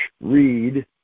read